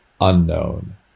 unknown